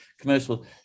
commercial